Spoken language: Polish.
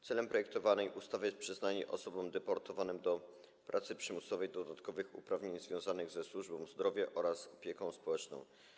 Celem projektowanej ustawy jest przyznanie osobom deportowanym do pracy przymusowej dodatkowych uprawnień związanych ze służbą zdrowia oraz opieką społeczną.